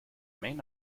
main